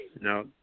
No